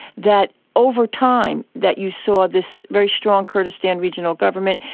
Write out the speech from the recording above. that over time that you saw this very strong kurdistan regional government,